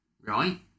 right